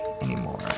anymore